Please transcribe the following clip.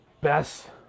best